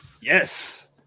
yes